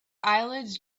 eyelids